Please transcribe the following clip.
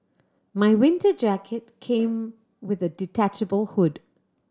my winter jacket came with a detachable hood